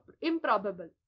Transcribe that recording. improbable